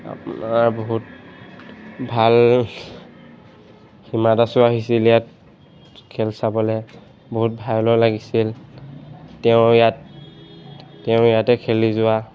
আপোনাৰ বহুত ভাল সীমা দাসো আহিছিল ইয়াত খেল চাবলে বহুত ভালো লাগিছিল তেওঁ ইয়াত তেওঁ ইয়াতে খেলি যোৱা